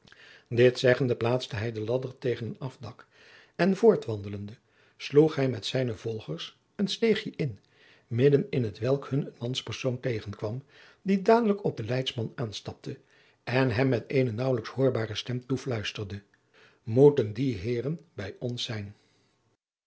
dit zeggende plaatste hij den ladder tegen een afdak en voortwandelende sloeg hij met zijne volgers een steegje in midden in hetwelk hun een manspersoon tegenkwam die dadelijk op den leidsman aanstapte en hem met eene naauwlijks hoorbare stem toefluisterde moeten die heeren bij ons zijn